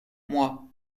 moi